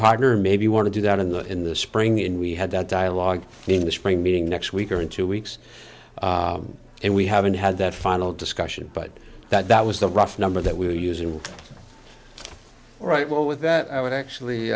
partner maybe want to do that in the in the spring and we had that dialogue in the spring meeting next week or in two weeks and we haven't had that final discussion but that was the rough number that we were using right well with that i would actually